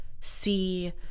see